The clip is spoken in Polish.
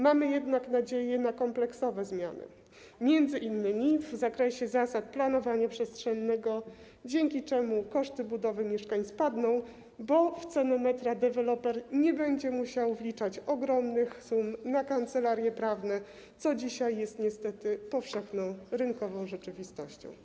Mamy jednak nadzieję na kompleksowe zmiany m.in. w zakresie zasad planowania przestrzennego, dzięki czemu koszty budowy mieszkań spadną, bo w cenę 1 m deweloper nie będzie musiał wliczać ogromnych sum na kancelarie prawne, co dzisiaj jest niestety powszechną rynkową rzeczywistością.